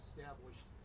Established